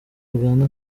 uganda